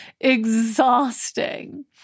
exhausting